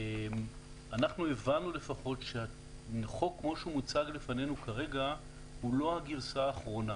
אנחנו הבנו שהחוק כמו שהוא מוצג לפנינו כרגע הוא לא הגרסה האחרונה